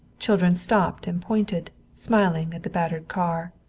children stopped and pointed, smiling, at the battered car.